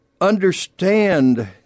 understand